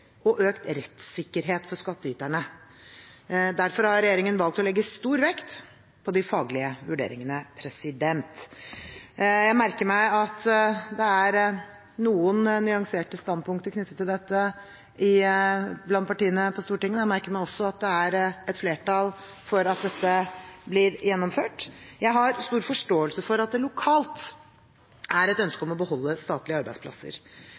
og økt rettssikkerhet for skattyterne. Derfor har regjeringen valgt å legge stor vekt på de faglige vurderingene. Jeg merker meg at det er noen nyanserte standpunkter knyttet til dette blant partiene på Stortinget. Jeg merker meg også at det er et flertall for at dette blir gjennomført. Jeg har stor forståelse for at det lokalt er ønske om å beholde statlige arbeidsplasser.